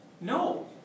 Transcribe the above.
No